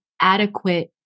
adequate